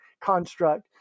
construct